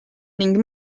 ning